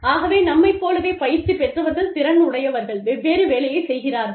ஆகவே நம்மைப் போலவே பயிற்சி பெற்றவர்கள் திறன் உடையவர்கள் வெவ்வேறு வேலையை செய்கிறார்கள்